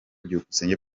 byukusenge